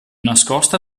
nascosta